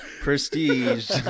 prestige